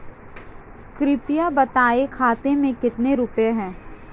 कृपया बताएं खाते में कितने रुपए हैं?